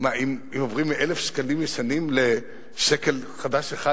אם עוברים מ-1,000 שקלים ישנים לשקל חדש אחד,